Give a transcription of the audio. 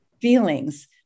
feelings